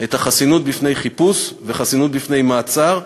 את החסינות בפני חיפוש ואת החסינות בפני מעצר,